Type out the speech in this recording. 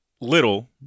little